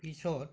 পিছত